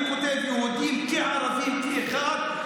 אני כותב "יהודים כערבים כאחד",